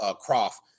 Croft